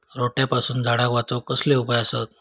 रोट्यापासून झाडाक वाचौक कसले उपाय आसत?